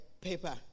paper